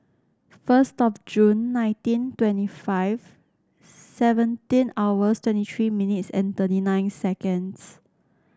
first of Jun nineteen twenty five seventeen hours twenty three minutes and thirty nine seconds